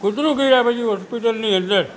કૂતરું કરડયા પછી હોસ્પિટલની અંદર